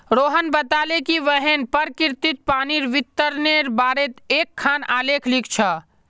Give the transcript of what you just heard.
रोहण बताले कि वहैं प्रकिरतित पानीर वितरनेर बारेत एकखाँ आलेख लिख छ